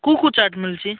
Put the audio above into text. କୋଉ କୋଉ ଚାଟ୍ ମିଳୁଛି